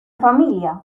familia